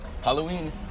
Halloween